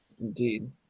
Indeed